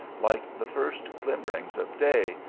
like the first glimmerings of day,